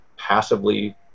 passively